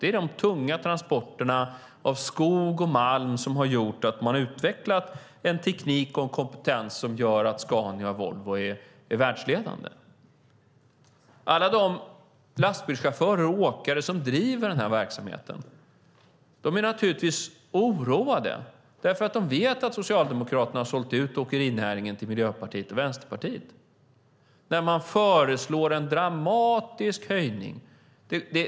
Det är de tunga transporterna av skog och malm som har gjort att man har utvecklat en teknik och en kompetens som gör att Scania och Volvo är världsledande. Alla de lastbilschaufförer och åkare som driver den här verksamheten är naturligtvis oroade, därför att de vet att Socialdemokraterna har sålt ut åkerinäringen till Miljöpartiet och Vänsterpartiet när man föreslår en dramatisk höjning.